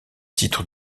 titre